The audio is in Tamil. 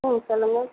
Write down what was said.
ம் சொல்லுங்கள்